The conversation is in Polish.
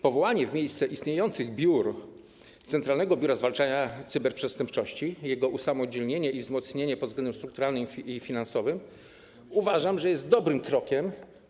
Powołanie w miejsce istniejących biur Centralnego Biura Zwalczania Cyberprzestępczości, jego usamodzielnienie i wzmocnienie pod względem strukturalnym i finansowym uważamy za dobry krok.